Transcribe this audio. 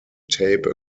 tape